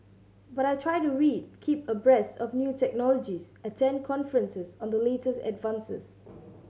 but I try to read keep abreast of new technologies attend conferences on the latest advances